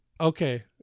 Okay